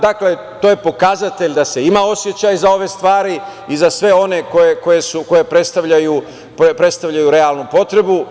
Dakle, to je pokazatelj da se ima osećaj za ove stvari i za sve one koje predstavljaju realnu potrebu.